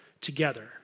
together